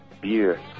Beer